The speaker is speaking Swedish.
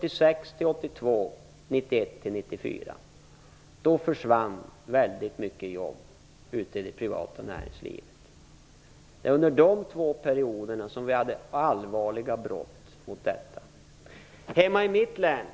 1976-1982 och 1991-1994. Då försvann väldigt många jobb ute i det privata näringslivet. Det är under de två perioderna som det begicks allvarliga brott mot detta. Hemma i mitt län